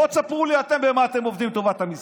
בואו תספרו לי אתם במה אתם עובדים לטובת עם ישראל.